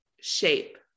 shape